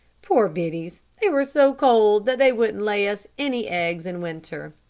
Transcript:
poor biddies, they were so cold that they wouldn't lay us any eggs in winter.